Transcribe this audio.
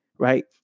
Right